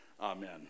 Amen